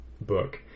book